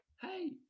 hey